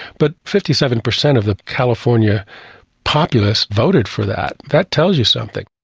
but fifty seven percent of the california populace voted for that. that tells you something.